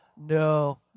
no